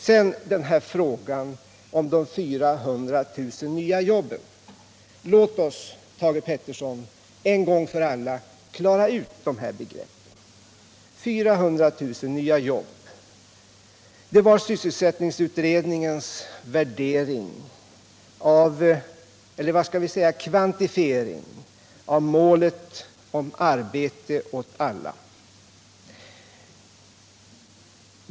Sedan till frågan om de 400 000 nya jobben. Låt oss, Thage Peterson, en gång för alla klara ut de här begreppen! 400 000 nya jobb, det var sysselsättningsutredningens kvantifiering av målet arbete åt alla.